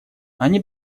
они